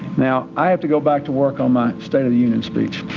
now, i have to go back to work on my state of the union speech,